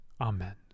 Amen